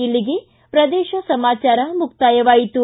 ಇಲ್ಲಿಗೆ ಪ್ರದೇಶ ಸಮಾಚಾರ ಮುಕ್ತಾಯವಾಯಿತು